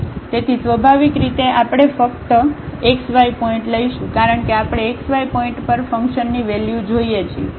તેથી સ્વાભાવિક રીતે આપણે ફક્ત x y પોઇન્ટ લઈશું કારણ કે આપણે x y પોઇન્ટ પર ફંકશનની વેલ્યુ જોઈએ છીએ